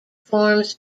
forms